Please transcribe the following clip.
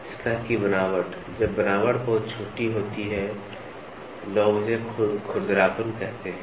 सतह की बनावट जब बनावट बहुत छोटी होती है लोग इसे खुरदरापन कहते हैं